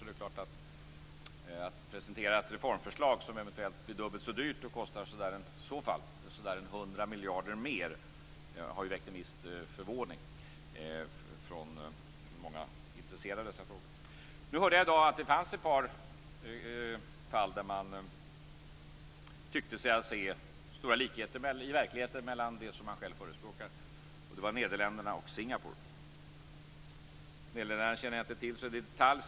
Att man då presenterar ett reformförslag som eventuellt blir dubbelt så dyrt och i så fall kostar så där en 100 miljarder kronor mer har ju väckt en viss förvåning bland många som är intresserade av dessa frågor. Nu hörde jag i dag att det fanns ett par fall där man tyckte sig se stora likheter i verkligheten med det man själv förespråkar. Det var Nederländerna och Singapore. Nederländerna känner jag inte till så där i detalj.